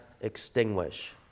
extinguish